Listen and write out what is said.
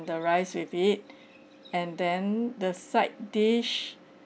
the rice with it and then the side dish